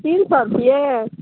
तीन सओ रुपैए